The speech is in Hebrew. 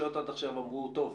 הרשויות עד עכשיו אמרו: טוב,